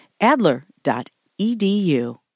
Adler.edu